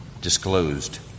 disclosed